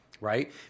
right